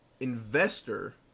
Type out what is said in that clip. investor